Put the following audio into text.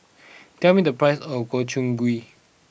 tell me the price of Gobchang Gui